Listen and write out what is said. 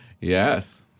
Yes